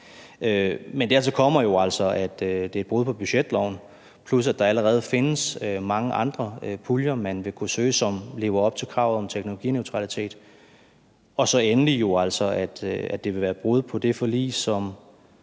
dertil kommer jo altså, at det er et brud på budgetloven, plus at der allerede findes mange andre puljer, man vil kunne søge, som lever op til kravet om teknologineutralitet. Og endelig vil det jo altså være et brud på det forlig,